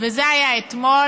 וזה היה אתמול.